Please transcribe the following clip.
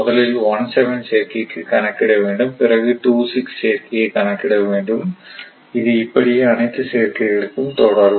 முதலில் 17 சேர்க்கைக்கு கணக்கிட வேண்டும் பிறகு 26 சேர்க்கையை கணக்கிட வேண்டும் இது இப்படியே அனைத்து சேர்க்கைகளுக்கும் தொடரும்